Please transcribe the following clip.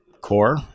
core